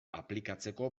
aplikatzeko